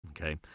Okay